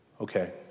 Okay